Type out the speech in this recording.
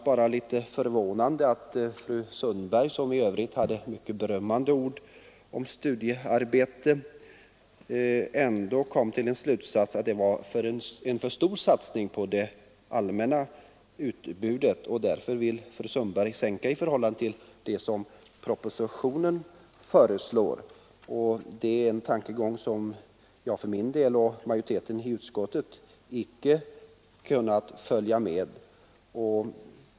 Jag är förvånad över att fru Sundberg, som i övrigt hade många berömmande ord att säga om studiearbetet, kom till slutsatsen att förslaget innebär en för stor satsning på det allmänna utbudet och därför vill sänka anslaget i förhållande till propositionens förslag. Det är en tankegång som jag och majoriteten i utskottet icke kunnat följa.